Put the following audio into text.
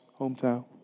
hometown